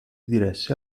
diresse